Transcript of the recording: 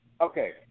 Okay